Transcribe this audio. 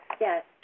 Yes